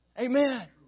Amen